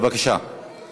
45, נגד אחד, אין נמנעים.